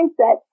mindset